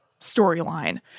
storyline